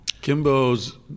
Kimbo's